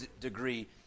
degree